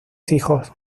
hijos